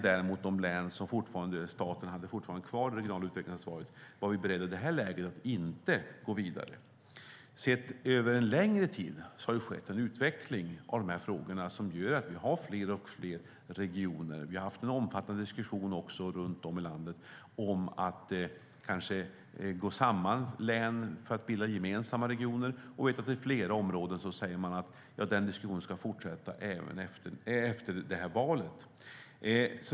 Däremot var vi inte beredda att gå vidare med de län som staten fortfarande hade kvar det regionala utvecklingsansvaret för. Sett över en längre tid har det skett en utveckling av dessa frågor som gör att vi har fler och fler regioner. Vi har också haft en omfattande diskussion runt om i landet om att län kanske kan gå samman för att bilda gemensamma regioner, och vi vet att man i flera områden säger att den diskussionen ska fortsätta även efter valet.